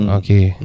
okay